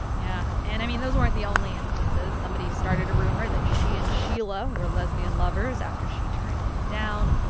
yeah. and i mean, those weren't the only instances. somebody started a rumor that she and sheila were lesbian lovers after she turned him down.